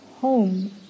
home